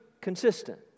consistent